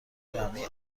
جمعی